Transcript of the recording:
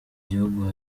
gihugu